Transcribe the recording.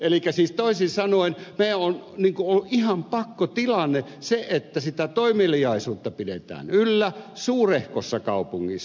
elikkä siis toisin sanoen olemme olleet ihan pakkotilanteessa että sitä toimeliaisuutta pidetään yllä suurehkossa kaupungissa